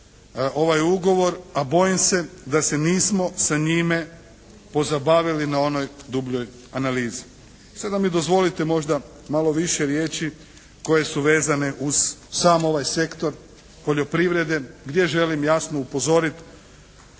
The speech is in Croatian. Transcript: ovaj ugovor a bojim se da se nismo sa njime pozabavili na onoj dubljoj analizi. Sada mi dozvolite možda malo više riječi koje su vezane uz sam ovaj sektor poljoprivrede gdje želim jasno upozoriti